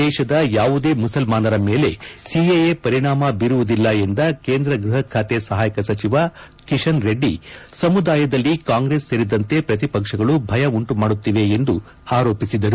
ದೇಶದ ಯಾವುದೇ ಮುಸಲ್ಪಾನರ ಮೇಲೆ ಸಿಎಎ ಪರಿಣಾಮ ಬೀರುವುದಿಲ್ಲ ಎಂದ ಕೇಂದ್ರ ಗ್ಲಹಖಾತೆ ಸಹಾಯಕ ಸಚಿವ ಕಿಶನ್ ರೆಡ್ಡಿ ಸಮುದಾಯದಲ್ಲಿ ಕಾಂಗ್ರೆಸ್ ಸೇರಿದಂತೆ ಪ್ರತಿ ಪಕ್ಷಗಳು ಭಯ ಉಂಟು ಮಾಡುತ್ತಿದೆ ಎಂದು ಆರೋಪಿಸಿದರು